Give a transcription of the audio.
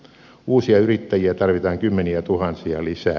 uusia yrittäjiä tarvitaan kymmeniätuhansia lisää